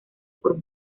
por